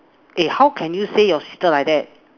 eh how can you say your sister like that